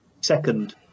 second